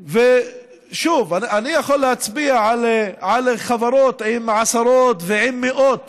ושוב, אני יכול להצביע על חברות עם עשרות ועם מאות